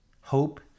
Hope